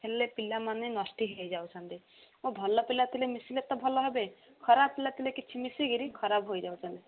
ହେଲେ ପିଲାମାନେ ନଷ୍ଟ ହେଇଯାଉଛନ୍ତି ଓ ଭଲ ପିଲା ଥିଲେ ମିଶିଲେ ତ ଭଲ ହେବେ ଖରାପ ପିଲା ଥିଲେ କିଛି ମିଶିକିରି ଖରାପ ହୋଇଯାଉଛନ୍ତି